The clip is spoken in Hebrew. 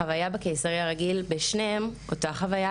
החוויה בשני הניתוחים הקיסריים הייתה אותה חוויה,